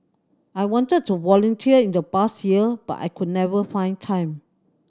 I wanted to volunteer in the past years but I could never find time